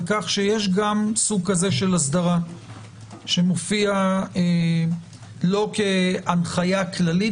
כך שיש גם סוג כזה של אסדרה שמופיע לא כהנחיה כללית